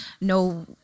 no